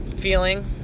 feeling